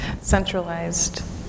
Centralized